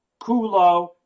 Kulo